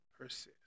persist